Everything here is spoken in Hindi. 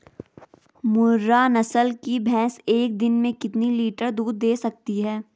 मुर्रा नस्ल की भैंस एक दिन में कितना लीटर दूध दें सकती है?